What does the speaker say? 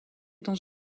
dans